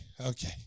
Okay